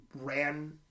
ran